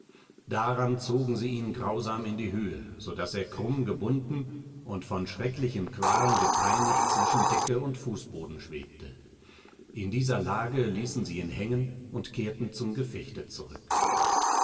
daran zogen sie ihn grausam in die höhe so daß er krumm gebunden und von schrecklichen qualen gepeinigt zwischen decke und fußboden schwebte in dieser lage ließen sie ihn hängen und kehrten zum gefechte zurück